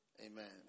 Amen